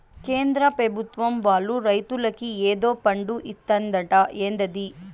కేంద్ర పెభుత్వం వాళ్ళు రైతులకి ఏదో ఫండు ఇత్తందట ఏందది